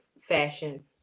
fashion